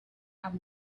have